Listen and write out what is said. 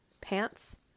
pants